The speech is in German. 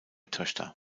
töchter